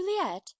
juliet